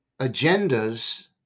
Agendas